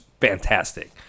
fantastic